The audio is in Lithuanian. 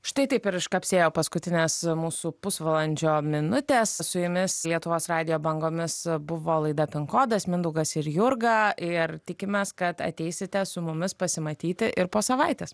štai taip ir iškapsėjo paskutinės mūsų pusvalandžio minutės su jumis lietuvos radijo bangomis buvo laida pin kodas mindaugas ir jurga ir tikimės kad ateisite su mumis pasimatyti ir po savaitės